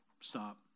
stop